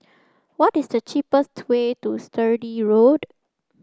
what is the cheapest way to Sturdee Road